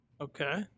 Okay